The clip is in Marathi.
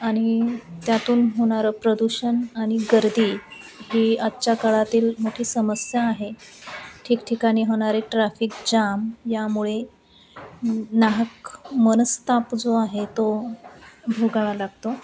आणि त्यातून होणारं प्रदूषण आणि गर्दी ही आजच्या काळातील मोठी समस्या आहे ठिकठिकाणी होणारे ट्राफिक जाम यामुळे नाहक मनस्ताप जो आहे तो भोगावा लागतो